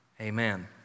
amen